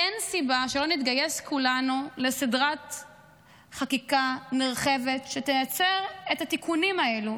אין סיבה שלא נתגייס כולנו לסדרת חקיקה נרחבת שתייצר את התיקונים האלו,